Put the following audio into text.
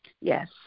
Yes